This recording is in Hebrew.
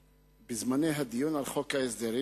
אנחנו קיבלנו כמעט 20 סעיפים מחוק ההסדרים